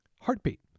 Heartbeat